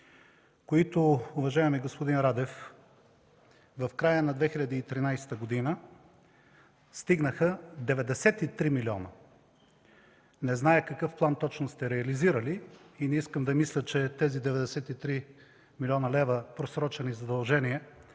които, уважаеми господин Радев, в края на 2013 г. стигнаха 93 млн. лв. Не зная какъв план точно сте реализирали и не искам да мисля, че тези 93 млн. лв. просрочени задължения